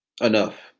enough